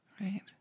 right